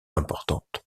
importante